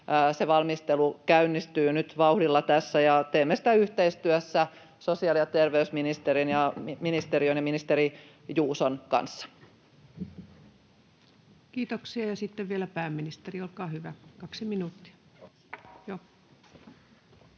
valmistelu käynnistyy nyt vauhdilla tässä, ja teemme sitä yhteistyössä sosiaali- ja terveysministeriön ja ministeri Juuson kanssa. [Speech 197] Speaker: Ensimmäinen varapuhemies Paula